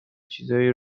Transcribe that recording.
چیزایی